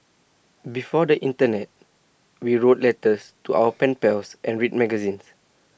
before the Internet we wrote letters to our pen pals and read magazines